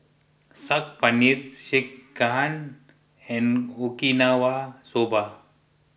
Saag Paneer Sekihan and Okinawa Soba